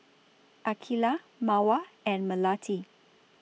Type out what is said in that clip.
Aqeelah Mawar and Melati